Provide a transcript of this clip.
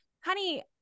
honey